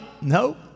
No